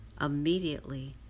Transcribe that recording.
Immediately